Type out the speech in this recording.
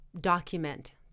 document